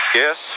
yes